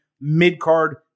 mid-card